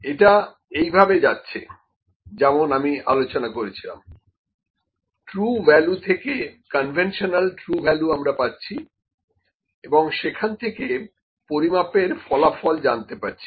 এটা এইভাবে যাচ্ছে যেমন আমি আলোচনা করেছিলাম ট্রু ভ্যালু থেকে কনভেনশনাল ট্রু ভ্যালু আমরা পাচ্ছি এবং সেখান থেকে পরিমাপের ফলাফল জানতে পারছি